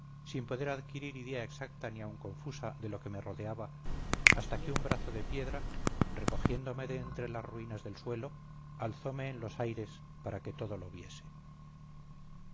sin poder adquirir idea exacta ni aun confusa de lo que me rodeaba hasta que un brazo de piedra recogiéndome de entre las ruinas del suelo alzome en los aires